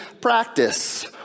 practice